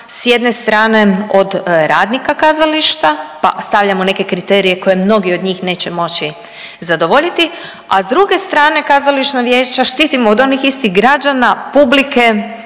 s jedne strane od radnika kazališta, pa stavljamo neke kriterije koje mnogi od njih neće moći zadovoljiti, a s druge strane Kazališna vijeća štitimo od onih istih građana, publike